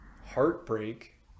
heartbreak